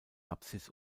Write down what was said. apsis